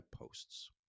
posts